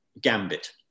gambit